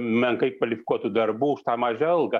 menkai kvalifikuotų darbų už tą mažą algą